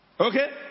Okay